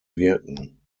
wirken